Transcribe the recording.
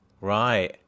Right